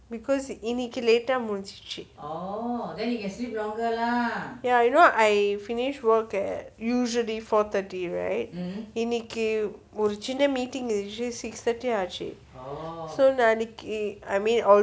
because இன்னிக்கு:inniku late ah முடிஞ்சிச்சு:mudinjichu